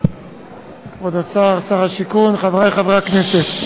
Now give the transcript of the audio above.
כבוד השר, שר השיכון, חברי חברי הכנסת,